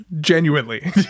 Genuinely